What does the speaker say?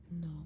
No